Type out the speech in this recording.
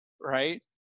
right